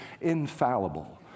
infallible